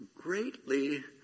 greatly